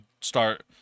start